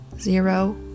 zero